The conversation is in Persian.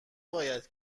باید